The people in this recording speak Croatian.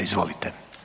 Izvolite.